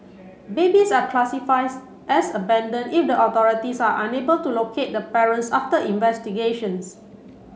babies are as abandoned if the authorities are unable to locate the parents after investigations